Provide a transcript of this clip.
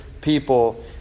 people